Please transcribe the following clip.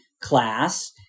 class